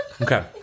Okay